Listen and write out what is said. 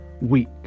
week